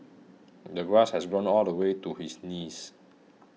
the grass has grown all the way to his knees